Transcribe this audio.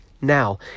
now